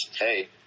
hey